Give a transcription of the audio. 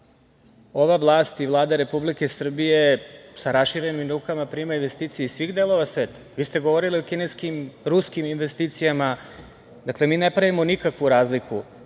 ova vlast i Vlada Republike Srbije sa raširenim rukama prima investicije iz svih delova sveta. Vi ste govorili o kineskim, ruskim investicijama. Dakle mi ne pravimo nikakvu razliku,